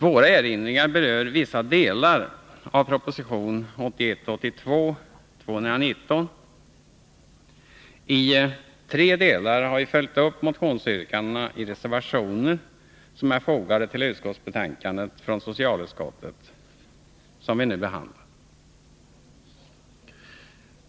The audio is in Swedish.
Våra erinringar berör vissa delar av proposition 1981/82:219. På tre punkter har vi följt upp motionsyrkandena i reservationer, som är fogade till det utskottsbetänkande från socialutskottet som vi nu behandlar.